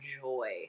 joy